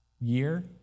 year